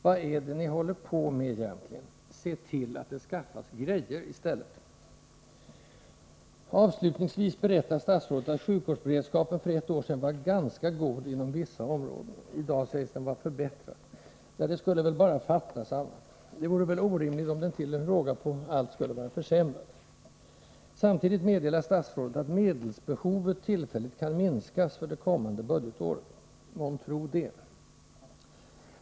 Vad är det ni håller på med egentligen? Se till att det skaffas grejer i stället! Avslutningsvis berättar statsrådet att sjukvårdsberedskapen för ett år sedan var ”ganska god inom vissa områden”. I dag sägs den vara ”förbättrad”. Ja, det skulle väl bara fattas annat! Det vore väl orimligt om den till råga på allt skulle vara försämrad. Samtidigt meddelar statsrådet att medelsbehovet ”tillfälligt kan minskas” för det kommande budgetåret. Månntro det?